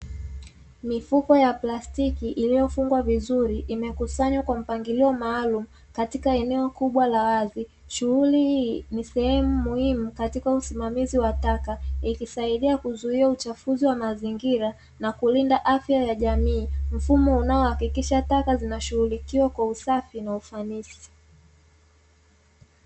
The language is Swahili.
Mifuko ya plastiki iliyofungwa vizuri, imekusanywa kwa mpangilio maalumu katika eneo kubwa la wazi. Shughuli hii ni sehemu muhimu katika usimamizi wa taka, ikisaidia kuzuia uchafuzi wa mazingira na kulinda afya ya jamii, mfumo unaohakikisha taka zinashughulikiwa kwa usafi na ufanisi.